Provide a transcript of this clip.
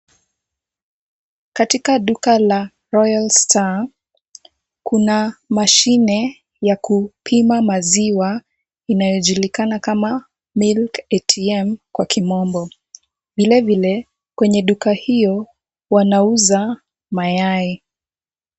Katika duka la Royal Star, kuna mashine ya kupima maziwa, inayojulikana kama milk ATM kwa kimomb. Vile vile, kwenye duka hiyo wanauza mayai.